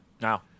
now